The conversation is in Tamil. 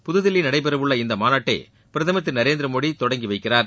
புதுதில்லியில் நடைபெறவுள்ள இந்த மாநாட்டை பிரதமர் திரு நரேந்திரமோடி தொடங்கி வைக்கிறார்